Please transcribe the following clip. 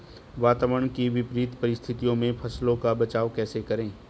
वातावरण की विपरीत परिस्थितियों में फसलों का बचाव कैसे करें?